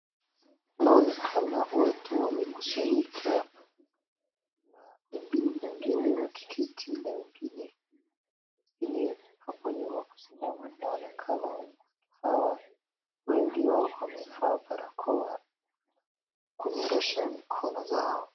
Inaonekana watu wamekusanyika na wengine wakiketi na wengine hapo nyuma kusimama. Inaonekana hawa, wengi wao wamevaa barakoa kunyorosha mikono zao.